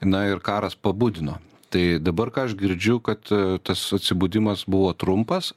na ir karas pabudino tai dabar ką aš girdžiu kad tas atsibudimas buvo trumpas